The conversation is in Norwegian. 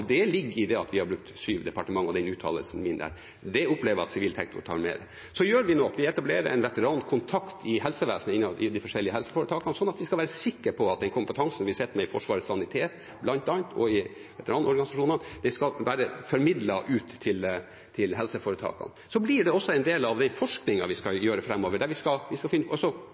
Det ligger i det at vi har brukt sju departementer og uttalelsen min der. Det opplever jeg at sivil sektor tar med. Så gjør vi noe: Vi etablerer en veterankontakt i helsevesenet i de forskjellige helseforetakene, så vi skal være sikre på at den kompetansen vi setter ned i Forsvarets sanitet bl.a. og i veteranorganisasjoner, skal være formidlet ut til helseforetakene. Så blir det også en del av den forskningen vi skal gjøre framover, der vi skal finne ut hvordan dette ligger an. Da vi